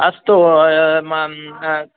अस्तु